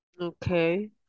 Okay